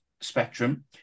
spectrum